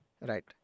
Right